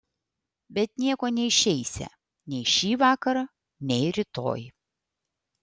bet nieko neišeisią nei šį vakarą nei rytoj